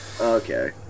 Okay